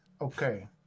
Okay